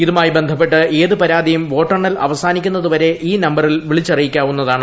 ഇതുമായി ബന്ധപ്പെട്ട് ഏത് പരാതിയും വോട്ടെണ്ണൽ അവസാനിക്കുന്നതു വരെ ഈ നമ്പരിൽ വിളിച്ചുറിയിക്കാവുന്നതാണ്